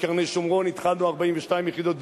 בקרני-שומרון התחלנו 42 יחידות דיור,